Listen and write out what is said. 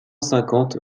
cinquante